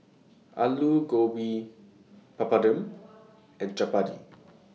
Alu Gobi Papadum and Chapati